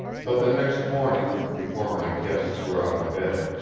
but the next morning, before my guests were out of bed,